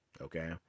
Okay